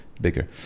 bigger